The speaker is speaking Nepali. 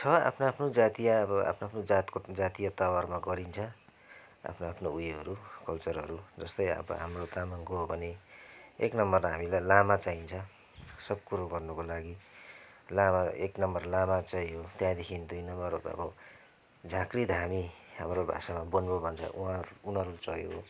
छ आफ्नो आफ्नो जातीय अब आफ्नो आफ्नो जातको जातीयताहरूमा गरिन्छ आफ्नो आफ्नो उयोहरू कल्चरहरू जस्तै अब हाम्रो तामाङको हो भने एक नम्बरमा हामीलाई लामा चाहिन्छ सब कुरो गर्नुको लागि लामा एक नम्बर लामा चाहियो त्यहाँदेखि दुई नम्बर अब भनौँ झाँक्री धामी हाम्रो भाषामा बन्बो भन्छ उहाँहरू उनीहरू चाहियो